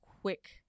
quick